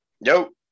Nope